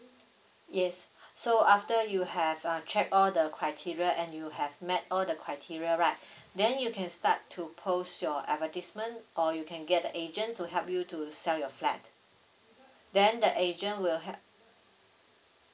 yes so after you have uh checked all the criteria and you have met all the criteria right then you can start to post your advertisement or you can get the agent to help you to sell your flat then the agent will help